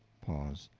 pause.